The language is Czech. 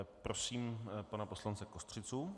Prosím pana poslance Kostřicu.